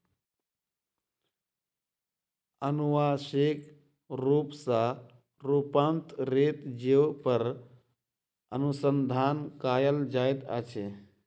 अनुवांशिक रूप सॅ रूपांतरित जीव पर अनुसंधान कयल जाइत अछि